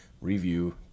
review